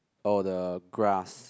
oh the grass